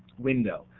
window.